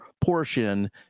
portion